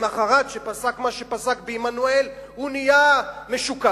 למחרת, כשפסק מה שפסק בעמנואל, הוא נהיה משוקץ.